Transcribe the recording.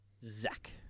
Zach